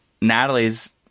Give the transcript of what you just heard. Natalie's